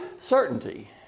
certainty